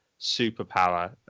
superpower